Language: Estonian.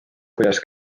kuidas